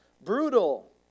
Brutal